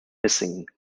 missing